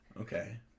Okay